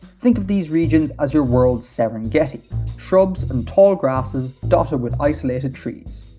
think of these regions as your world's serengeti shrubs and tall grasses, dotted with isolated trees.